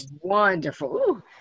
wonderful